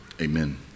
amen